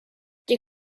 they